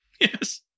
Yes